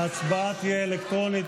ההצבעה תהיה אלקטרונית.